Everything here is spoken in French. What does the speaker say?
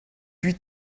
huit